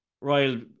Royal